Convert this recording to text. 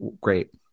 Great